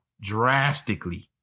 drastically